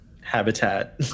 habitat